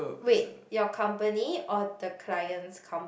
wait your company or the client's com~